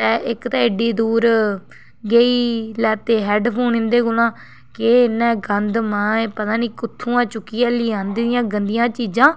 इक ते एड्डी दूर गेई लैते हैडफोन इं'दे कोला केह् इ'न्ने गंद माय पता नी कुत्थुआं चुक्कियै लेआंदी दियां गंदियां चीजां